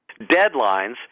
deadlines